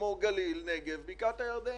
כמו גליל, נגב ובקעת הירדן.